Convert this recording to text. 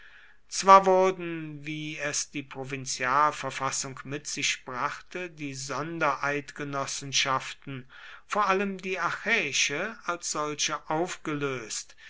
zwar wurden wie es die provinzialverfassung mit sich brachte die sondereidgenossenschaften vor allem die achäische als solche aufgelöst